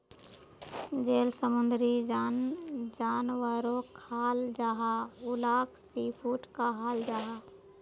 जेल समुंदरी जानवरोक खाल जाहा उलाक सी फ़ूड कहाल जाहा